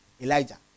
Elijah